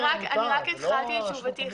אני רק התחלתי את תשובתי.